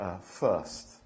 first